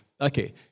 Okay